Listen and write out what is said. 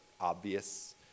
obvious